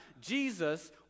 Jesus